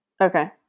Okay